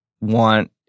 want